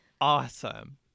awesome